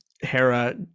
hera